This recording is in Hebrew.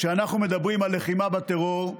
כשאנחנו מדברים על לחימה בטרור,